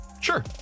Sure